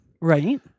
Right